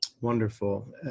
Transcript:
Wonderful